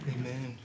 Amen